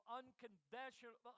unconventional